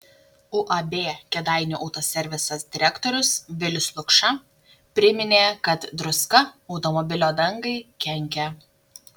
uab kėdainių autoservisas direktorius vilius lukša priminė kad druska automobilio dangai kenkia